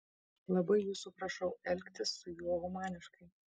labai jūsų prašau elgtis su juo humaniškai